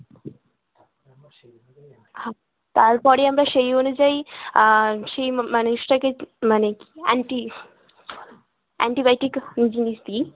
তারপরই আমরা সেই অনুযায়ী সেই মানুষটাকে মানে কী অ্যান্টি অ্যান্টিবায়োটিক জিনিস দিই